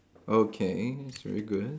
okay that's very good